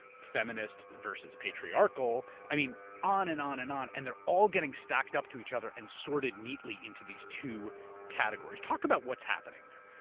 feminist versus patriarchal, i mean on and on and on. and they're all getting stacked up to each other and sorted neatly into these two categories. talk about what's happening there.